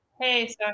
Hey